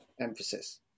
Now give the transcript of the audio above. emphasis